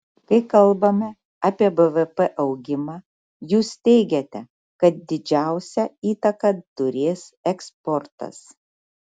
kai kalbame apie bvp augimą jūs teigiate kad didžiausią įtaką turės eksportas